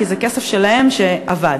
כי זה כסף שלהם שאבד.